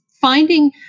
finding